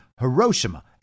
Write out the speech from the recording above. Hiroshima